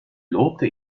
lobte